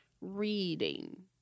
reading